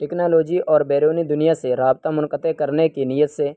technology اور بیرونی دنیا سے رابطہ منقطع کرنے کی نیت سے